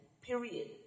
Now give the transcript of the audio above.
period